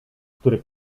który